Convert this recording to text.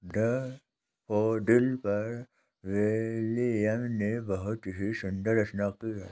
daffodil पर William ने बहुत ही सुंदर रचना की है